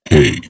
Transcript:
Hey